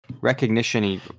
recognition